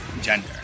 gender